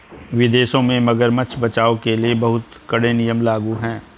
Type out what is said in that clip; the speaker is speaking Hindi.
विदेशों में मगरमच्छ बचाओ के लिए बहुत कड़े नियम लागू हैं